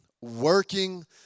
Working